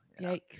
yikes